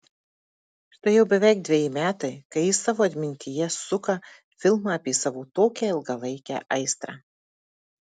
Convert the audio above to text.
štai jau beveik dveji metai kai ji savo atmintyje suka filmą apie savo tokią ilgalaikę aistrą